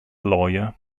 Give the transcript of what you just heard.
lawyer